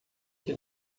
que